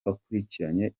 wakurikiranye